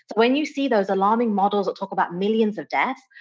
when you see those alarming models that talk about millions of deaths,